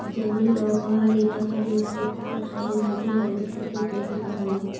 जंगली आउ पहाड़ी इलाका में पेड़ के कटाई में भी हार्वेस्टर के उपयोगिता हई